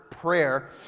prayer